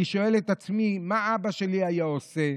שואל את עצמי: מה אבא שלי היה עושה,